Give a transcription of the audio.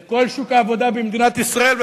את כל שוק העבודה במדינת ישראל.